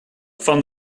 van